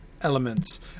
elements